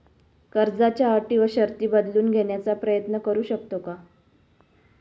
कर्जाच्या अटी व शर्ती बदलून घेण्याचा प्रयत्न करू शकतो का?